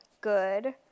good